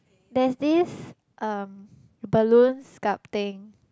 there's this um balloon sculpting